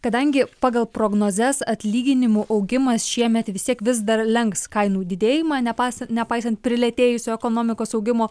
kadangi pagal prognozes atlyginimų augimas šiemet vis tiek vis dar lenks kainų didėjimą nepaisant nepaisant prilėtėjusio ekonomikos augimo